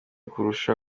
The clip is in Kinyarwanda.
kurusha